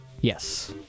Yes